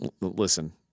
listen